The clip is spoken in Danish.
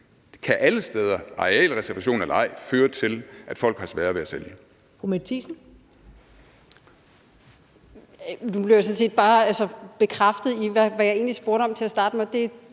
kan alle steder – arealreservation eller ej – føre til, at folk har sværere ved at sælge.